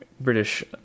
British